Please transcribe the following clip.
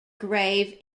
grave